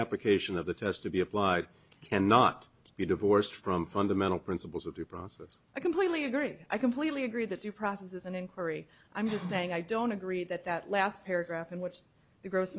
application of the test to be applied cannot be divorced from fundamental principles of due process i completely agree i completely agree that the process is an inquiry i'm just saying i don't agree that that last paragraph in which the gro